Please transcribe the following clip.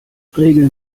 regeln